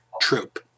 troop